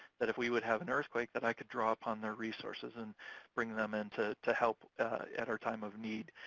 that if we would have an earthquake, that i could draw upon their resources and bring them in to help at our time of need.